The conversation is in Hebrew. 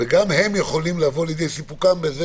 וגם הם יכולים לבוא לידי סיפוקם על-ידי זה